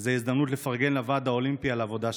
וזו הזדמנות לפרגן לוועד האולימפי על העבודה שלו.